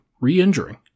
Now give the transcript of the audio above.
re-injuring